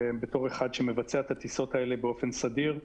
בתור אחד שמבצע את הטיסות האלה באופן סדיר.